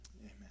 Amen